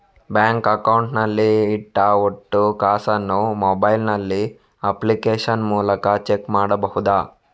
Bank account ನಲ್ಲಿ ಇಟ್ಟ ಒಟ್ಟು ಕಾಸನ್ನು ಮೊಬೈಲ್ ನಲ್ಲಿ ಅಪ್ಲಿಕೇಶನ್ ಮೂಲಕ ಚೆಕ್ ಮಾಡಬಹುದಾ?